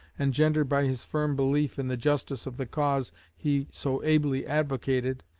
engendered by his firm belief in the justice of the cause he so ably advocated,